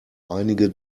einige